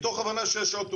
מתוך הבנה שיש עוד תאונות.